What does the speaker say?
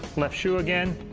left shoe again,